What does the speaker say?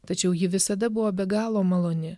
tačiau ji visada buvo be galo maloni